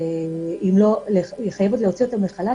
הוא יחייב להוציא אותם לחל"ת,